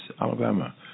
Alabama